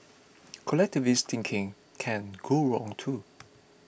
collectivist thinking can go wrong too